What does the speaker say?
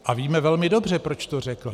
A víme velmi dobře, proč to řekl.